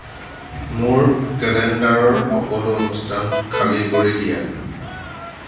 মোৰ কেলেণ্ডাৰৰ সকলো অনুষ্ঠান খালী কৰি দিয়া